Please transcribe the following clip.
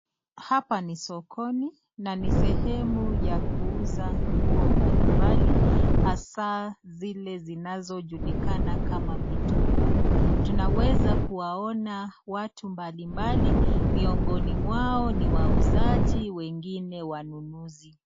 Hapa ni sokoni na ni sehemu ya kuuza nguo mbalimbali hasaa zile zinajulikana kama mtumba. Tunaweza kuwaona watu mbalimbali miongoni mwao ni wauzaji wengine wanunuzi.